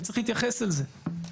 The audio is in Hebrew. צריך להתייחס לזה.